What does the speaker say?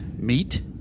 Meet